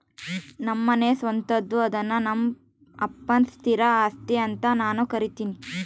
ನಮ್ಮನೆ ಸ್ವಂತದ್ದು ಅದ್ನ ನಮ್ಮಪ್ಪನ ಸ್ಥಿರ ಆಸ್ತಿ ಅಂತ ನಾನು ಕರಿತಿನಿ